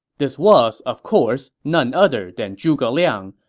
this was, of course, none other than zhuge liang,